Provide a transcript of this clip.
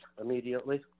immediately